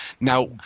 Now